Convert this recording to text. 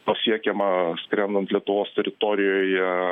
pasiekiama skrendant lietuvos teritorijoje